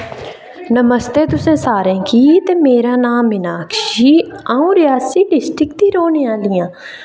नमस्ते तुसें सारें गी ते मेरा नां मिनाक्षी अऊं रेआसी डिसट्रिक दी रौह्ने आह्ली आं